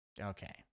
Okay